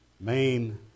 main